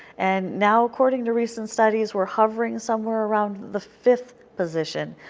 and now, according to recent studies, we are hovering somewhere around the fifth position,